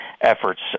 efforts